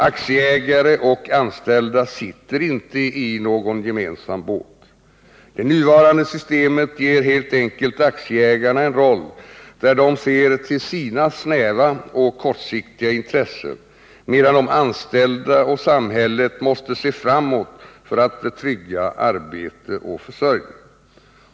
Aktieägare och anställda sitter inte i någon gemensam båt. Det nuvarande systemet ger helt enkelt aktieägarna en roll där de ser till sina snäva och kortsiktiga intressen, medan de anställda och samhället måste se framåt för att trygga arbete och försörjning.